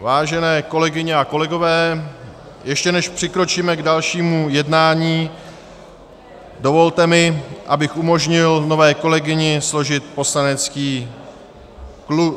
Vážené kolegyně a kolegové, ještě než přikročíme k dalšímu jednání, dovolte mi, abych umožnil nové kolegyni složit poslanecký slib.